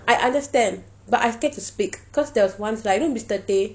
I understand but I still have to speak cause there was once like you know mister tay